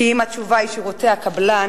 כי אם התשובה היא שירותי הקבלן,